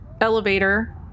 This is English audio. elevator